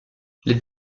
les